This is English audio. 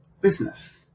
business